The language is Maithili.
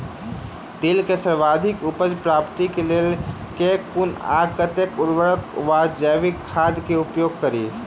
तिल केँ सर्वाधिक उपज प्राप्ति केँ लेल केँ कुन आ कतेक उर्वरक वा जैविक खाद केँ उपयोग करि?